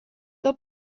del